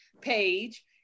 page